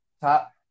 top